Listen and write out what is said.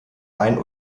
ein